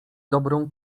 dobrą